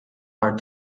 are